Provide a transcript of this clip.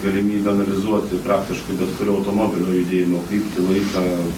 galimybių analizuoti praktiškai bet kurio automobilio judėjimo kryptį laiką